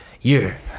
year